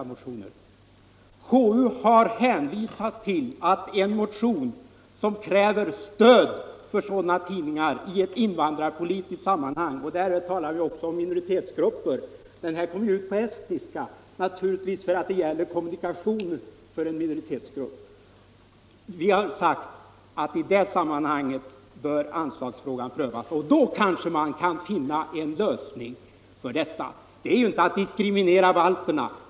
Konstitutionsutskottet har hänvisat till att det är fråga om motioner som kräver stöd för sådana tidningar i ett invandrarpolitiskt sammanhang. Därvid talar vi också om minoritetsgrupper. Denna tidning kommer ju ut på estniska, och det gäller naturligtvis kommunikation för en minoritetsgrupp. Vi har sagt att i det sammanhanget bör anslagsfrågan prövas, och då kanske man kan finna en lösning på detta. Det är ju inte att diskriminera balterna.